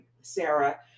Sarah